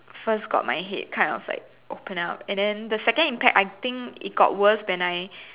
first got my head cut I was like open up and then the second impact I think it got worse when I